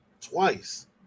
twice